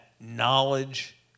knowledge